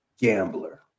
gambler